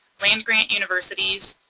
land grant universities,